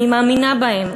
אני מאמינה בהם.